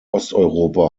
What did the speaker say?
osteuropa